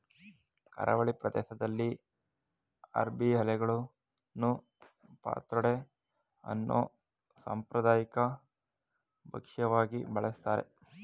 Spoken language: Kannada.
ಕರಾವಳಿ ಪ್ರದೇಶ್ದಲ್ಲಿ ಅರ್ಬಿ ಎಲೆಗಳನ್ನು ಪತ್ರೊಡೆ ಅನ್ನೋ ಸಾಂಪ್ರದಾಯಿಕ ಭಕ್ಷ್ಯವಾಗಿ ಬಳಸ್ತಾರೆ